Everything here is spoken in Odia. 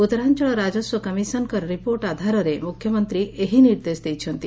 ଉତ୍ତରାଅଳ ରାଜସ୍ୱ କମିଶନଙ୍କ ରିପୋର୍ଟ ଆଧାରରେ ମୁଖ୍ୟମନ୍ତୀ ଏହି ନିର୍ଦ୍ଦେଶ ଦେଇଛନ୍ତି